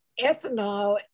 ethanol